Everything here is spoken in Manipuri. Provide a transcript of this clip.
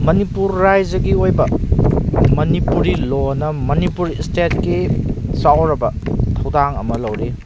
ꯃꯅꯤꯄꯨꯔ ꯔꯥꯏꯖꯒꯤ ꯑꯣꯏꯕ ꯃꯅꯤꯄꯨꯔꯤ ꯂꯣꯟꯅ ꯃꯅꯤꯄꯨꯔ ꯏꯁꯇꯦꯠꯀꯤ ꯆꯥꯎꯔꯕ ꯊꯧꯗꯥꯡ ꯑꯃ ꯂꯧꯔꯤ